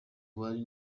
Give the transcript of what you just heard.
umwali